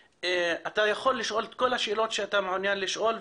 אז אתה יכול לשאול את כל השאלות שאתה מעוניין לשאול,